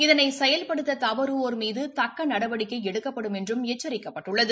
இதனை செயல்படுத்த தவறுவோர் மீது தக்க நடவடிக்கை எடுக்கப்படும் என்றும் எச்சரிக்கப்பட்டுள்ளது